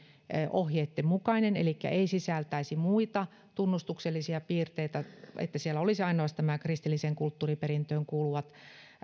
ohjeitten mukainen elikkä ei sisältäisi muita tunnustuksellisia piirteitä siellä olisi ainoastaan nämä kristilliseen kulttuuriperintöön kuuluvat